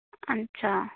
अच्छा